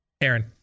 Aaron